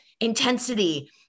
intensity